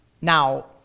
Now